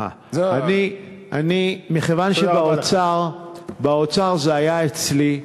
מכיוון שבאוצר זה היה אצלי,